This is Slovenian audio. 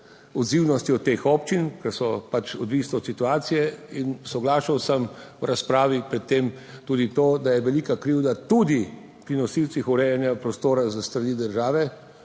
odzivnostjo teh občin, ker so, pač, odvisno od situacije in soglašal sem v razpravi pred tem tudi to, da je velika krivda tudi pri nosilcih urejanja prostora s strani države.